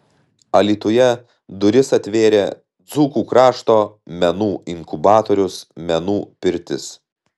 alytuje duris atvėrė dzūkų krašto menų inkubatorius menų pirtis